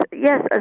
yes